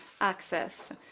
access